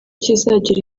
kizagira